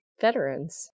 veterans